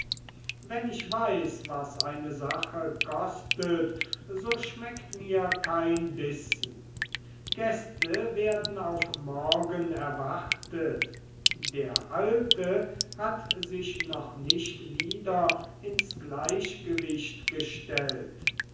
wenn ich weiß was eine sache kostet so schmeckt mir kein bissen gäste werden auf morgen erwartet der alte hat sich noch nicht wieder ins gleichgewicht gestellt